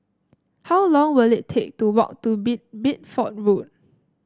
how long will it take to walk to Bid Bideford Road